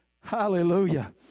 Hallelujah